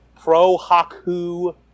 pro-Haku